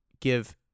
give